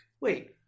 Wait